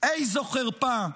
איזו חרפה.